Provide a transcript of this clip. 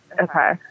okay